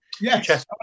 Yes